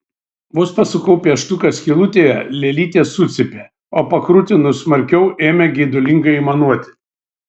vos pasukau pieštuką skylutėje lėlytė sucypė o pakrutinus smarkiau ėmė geidulingai aimanuoti